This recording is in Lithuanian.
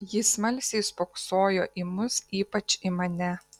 ji smalsiai spoksojo į mus ypač į mane